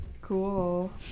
Cool